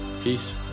peace